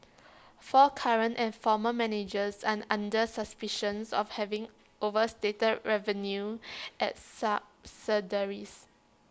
four current and former managers are under suspicions of having overstated revenue at subsidiaries